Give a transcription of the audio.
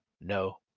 no